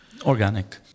organic